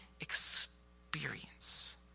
experience